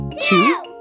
two